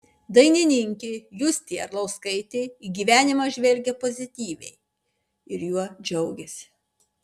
dainininkė justė arlauskaitė į gyvenimą žvelgia pozityviai ir juo džiaugiasi